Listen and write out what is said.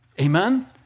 Amen